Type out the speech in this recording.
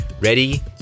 ready